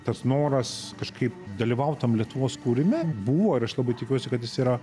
tas noras kažkaip dalyvaut tam lietuvos kūrime buvo ir aš labai tikiuosi kad jis yra